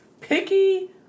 picky